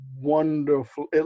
wonderful